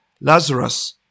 Lazarus